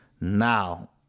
now